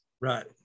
Right